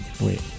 Wait